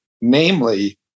Namely